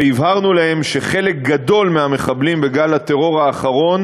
והבהרנו להם שחלק גדול מהמחבלים בגל הטרור האחרון